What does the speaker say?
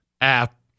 app